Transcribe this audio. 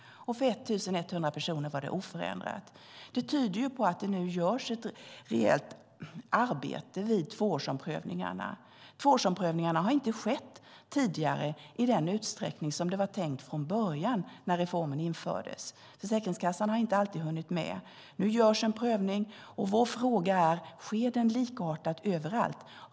För 1 100 personer var timmarna oförändrade. Det här tyder på att det görs ett rejält arbete vid tvåårsomprövningarna. Tvåårsomprövningarna har inte skett tidigare i den utsträckning det var tänkt från början när reformen infördes. Försäkringskassan har inte alltid hunnit med. Nu görs en prövning, och vår fråga är om den sker på ett likartat sätt överallt.